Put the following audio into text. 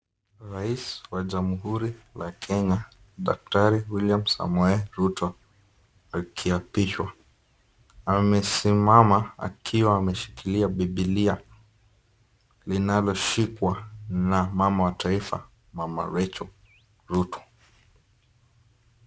Rais wa jamhuri ya Kenya daktari William Samoe Ruto akiapishwa. Amesimama akiwa ameshikilia bibilia linaloshikwa na mama wa taifa mama Rachael Ruto